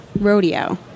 rodeo